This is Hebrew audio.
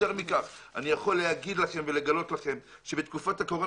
יותר מכך אני יכול להגיד לכם שבתקופת הקורונה